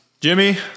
Jimmy